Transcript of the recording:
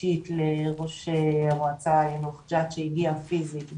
אישית לראש המועצה יאנוח-ג'ת שהגיע פיזית,